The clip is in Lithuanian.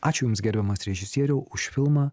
ačiū jums gerbiamas režisieriau už filmą